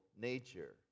nature